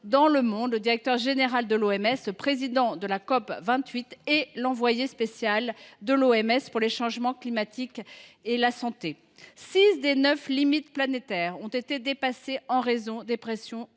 novembre 2023, le directeur général de l’OMS, le président de la COP28 et l’envoyé spécial de l’OMS pour les changements climatiques et la santé. Six des neuf limites planétaires ont été dépassées en raison des pressions